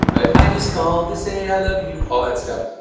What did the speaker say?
i just called to say i love you, all that stuff.